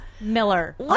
Miller